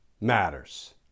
matters